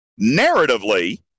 narratively